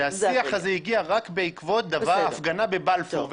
השיח הזה הגיע רק בעקבות הפגנה בבלפור.